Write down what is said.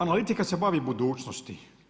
Analitika se bavi budućnosti.